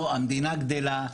המדינה גדלה.